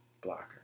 blocker